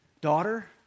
daughter